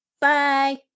Bye